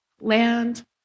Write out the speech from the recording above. Land